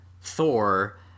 thor